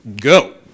Go